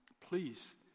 please